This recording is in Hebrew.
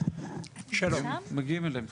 גונב דברים,